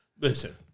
Listen